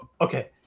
Okay